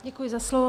Děkuji za slovo.